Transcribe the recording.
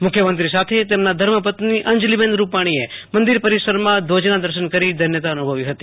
મુખ્યમંત્રો સાથે તેમના ધર્મપત્ની અંજલીબેન રૂપાણીએ મંદિર પરિસરમાં ધ્વજના દર્શન કરીને ધન્યતા અનુભવી હતી